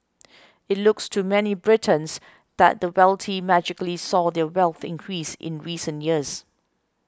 it looks to many Britons that the wealthy magically saw their wealth increase in recent years